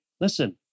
listen